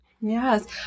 Yes